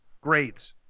Great